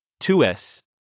2S